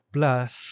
Plus